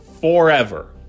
forever